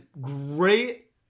great